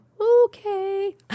Okay